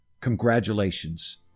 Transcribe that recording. congratulations